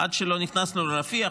עד שלא נכנסנו לרפיח,